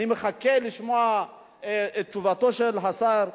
אני מחכה לשמוע את תשובתו של השר,